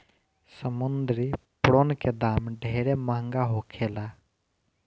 समुंद्री प्रोन के दाम ढेरे महंगा होखेला